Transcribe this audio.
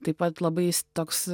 taip pat labai jis toks